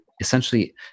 essentially